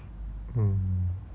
mm